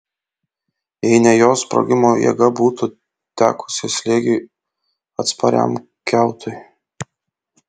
jei ne jos sprogimo jėga būtų tekusi slėgiui atspariam kiautui